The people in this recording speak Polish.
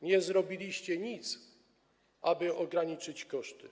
Nie zrobiliście nic, aby ograniczyć koszty.